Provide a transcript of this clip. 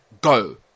go